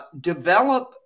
develop